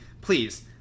Please